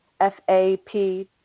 FAP